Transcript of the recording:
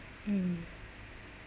mm